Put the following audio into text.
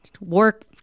work